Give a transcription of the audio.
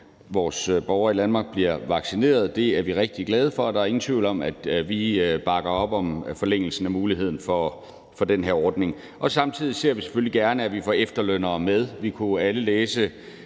vores borgere i Danmark bliver vaccineret. Det er vi rigtig glade for, og der er ingen tvivl om, at vi bakker op om forlængelsen af den her ordning. Samtidig ser vi selvfølgelig gerne, at vi får efterlønnere med. Vi kunne alle læse